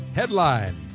headline